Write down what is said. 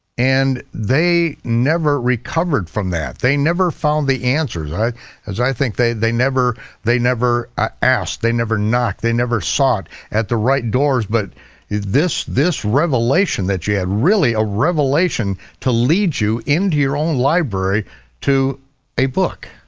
and they never recovered from that. they never found the answers. as i think they, they never they never ah asked, they never knocked, they never saw it at the right doors but this this revelation that you had really a revelation to lead you into your own library to a book.